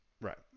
Right